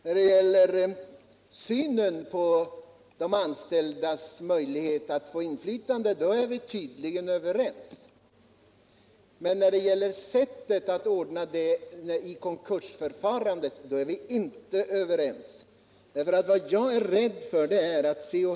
När det gäller synen på de anställdas möjligheter att få inflytande är vi tydligen överens. Men när det gäller sättet att ordna detta i konkursförfarandet är vi inte överens. Jag är rädd för att C.-H.